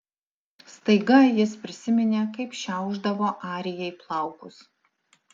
staiga jis prisiminė kaip šiaušdavo arijai plaukus